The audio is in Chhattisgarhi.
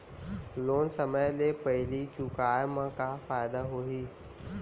लोन समय ले पहिली चुकाए मा का फायदा होही?